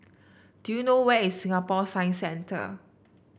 do you know where is Singapore Science Centre